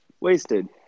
wasted